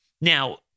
Now